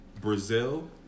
Brazil